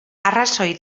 arrazoi